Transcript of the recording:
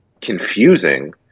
confusing